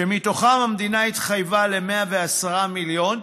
שמתוכם המדינה התחייבה ל-110 מיליון,